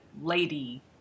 lady